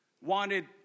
wanted